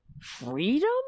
freedom